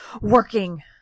working